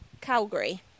Calgary